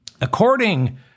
According